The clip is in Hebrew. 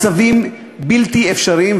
מצבים בלתי אפשריים,